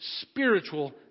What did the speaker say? spiritual